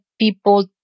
people